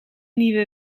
nieuwe